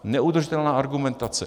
Neudržitelná argumentace.